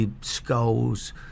Skulls